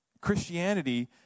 Christianity